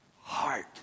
heart